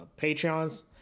Patreons